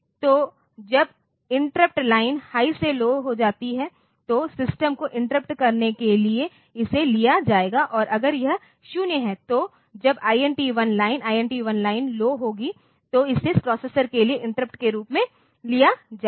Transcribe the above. तो जब interrupt line high से लौ हो जाती है तो सिस्टम को इंटरप्ट करने के लिए इसे लिया जाएगा और अगर यह 0 है तो जब INT 1 line INT 1 line low होगी तो इसे प्रोसेसर के लिए इंटरप्ट के रूप में लिया जाएगा